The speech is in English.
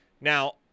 Now